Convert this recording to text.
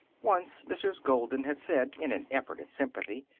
once mrs. golden had said, in an effort at sympathy,